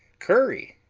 curry,